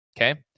Okay